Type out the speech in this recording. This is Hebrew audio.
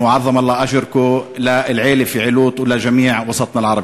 להלן תרגומם: מי ייתן ואלוהים ינחם אתכן ויגמול לכן שכר רב.